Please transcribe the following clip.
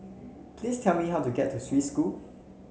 please tell me how to get to Swiss School